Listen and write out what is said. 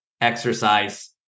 exercise